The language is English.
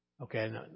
Okay